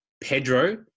Pedro